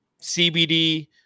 CBD